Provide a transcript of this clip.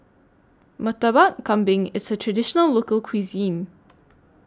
Murtabak Kambing IS A Traditional Local Cuisine